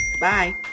Bye